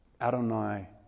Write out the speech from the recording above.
Adonai